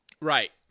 right